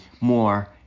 more